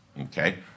okay